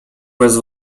bez